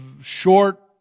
short